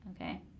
Okay